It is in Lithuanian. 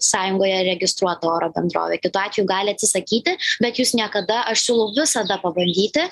sąjungoje registruota oro bendrovė kitu atveju gali atsisakyti bet jūs niekada aš siūlau visada pabandyti